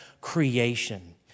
creation